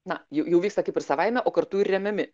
na jau jau vyksta kaip ir savaime o kartu ir remiami